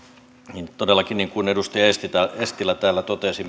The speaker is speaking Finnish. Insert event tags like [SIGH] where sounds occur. niin todellakin niin kuin edustaja eestilä täällä totesi [UNINTELLIGIBLE]